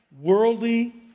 worldly